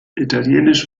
italienisch